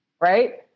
Right